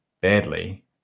badly